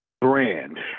Brand